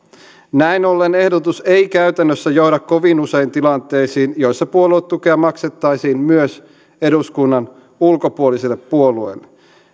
näin ollen ehdotus ei käytännössä johda kovin usein tilanteisiin joissa puoluetukea maksettaisiin myös eduskunnan ulkopuoliselle puolueelle